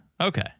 Okay